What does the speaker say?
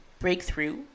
breakthrough